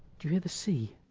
do you hear the sea?